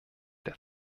der